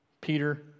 Peter